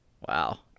Wow